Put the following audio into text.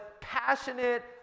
passionate